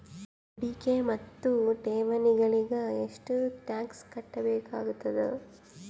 ಹೂಡಿಕೆ ಮತ್ತು ಠೇವಣಿಗಳಿಗ ಎಷ್ಟ ಟಾಕ್ಸ್ ಕಟ್ಟಬೇಕಾಗತದ?